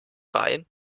rein